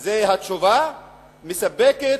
זה תשובה מספקת?